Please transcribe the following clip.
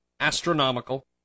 astronomical